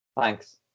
thanks